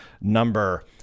number